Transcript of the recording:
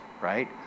right